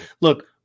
Look